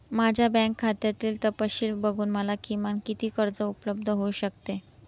माझ्या बँक खात्यातील तपशील बघून मला किमान किती कर्ज उपलब्ध होऊ शकते?